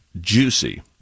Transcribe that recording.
juicy